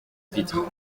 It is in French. pitre